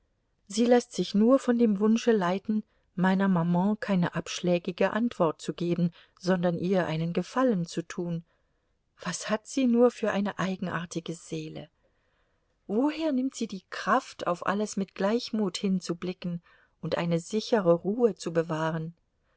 sie läßt sich nur von dem wunsche leiten meiner maman keine abschlägige antwort zu geben sondern ihr einen gefallen zu tun was hat sie nur für eine eigenartige seele woher nimmt sie die kraft auf alles mit gleichmut hinzublicken und eine sichere ruhe zu bewahren